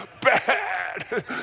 bad